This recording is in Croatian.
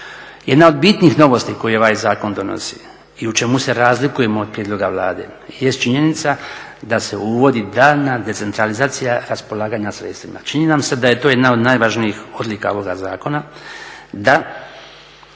Jedna od bitnih novosti koje ovaj zakon donosi i u čemu se razlikujemo od prijedloga Vlade jest činjenica da se uvodi daljnja decentralizacija raspolaganja sredstvima. Čini nam se da je to jedna od najvažnijih odlika ovoga zakona da